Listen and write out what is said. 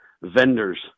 vendors